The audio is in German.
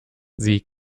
sie